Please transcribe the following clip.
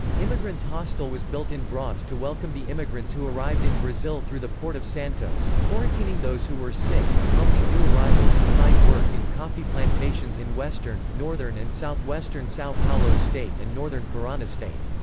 immigrant's hostel was built in bras to welcome the immigrants who arrived in brazil through the port of santos, quarantining those who were sick and helping new arrivals to find work in coffee plantations in western, northern and southwestern sao paulo state and northern parana state.